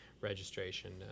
registration